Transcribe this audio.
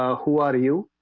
who are you